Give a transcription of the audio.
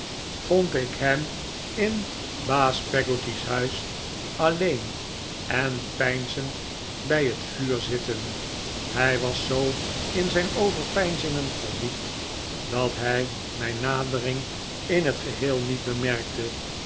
vond ik hem in baas pegdavid copperfield gotty's huis alleen en peinzend bij het vuur zitten hij was zoo in zijn overpeinzingen verdiept dat hij mijn nadering in t geheel niet bemerkte